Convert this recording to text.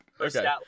Okay